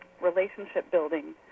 relationship-building